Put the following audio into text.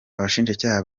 abashinjacyaha